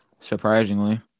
Surprisingly